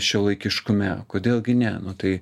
šiuolaikiškume kodėl gi ne nu tai